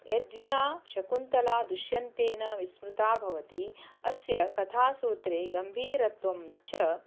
यद्विना शकुन्तला दुष्यन्तेन विस्मृता भवति अस्य कथासूत्रे गम्भीरत्वं च